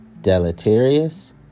deleterious